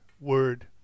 Word